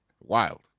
Wild